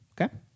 Okay